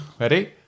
ready